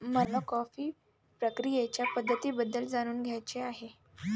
मला कॉफी प्रक्रियेच्या पद्धतींबद्दल जाणून घ्यायचे आहे